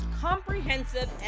comprehensive